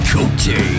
Cote